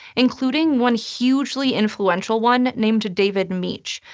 including one hugely influential one named david mech,